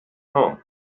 home